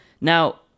Now